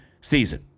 season